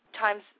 times